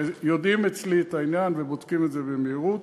יודעים אצלי את העניין ובודקים את זה במהירות.